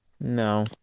no